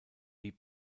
wie